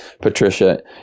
Patricia